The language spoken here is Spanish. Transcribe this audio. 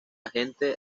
gente